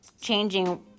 changing